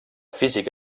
físic